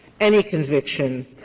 any conviction